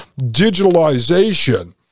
digitalization